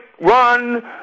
run